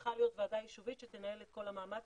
וצריכה להיות ועדה יישובית שתנהל את כל המאמץ